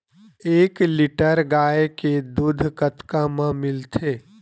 एक लीटर गाय के दुध कतका म मिलथे?